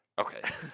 Okay